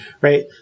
Right